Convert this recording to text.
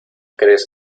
crees